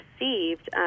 received